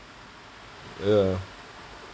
ya